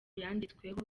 yanditsweho